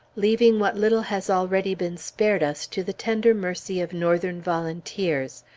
leaving what little has already been spared us to the tender mercies of northern volunteers,